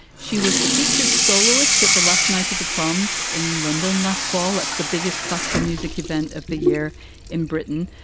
she was the featured soloist at the last night of the proms in london last fall as the biggest classical music event of the year in britain.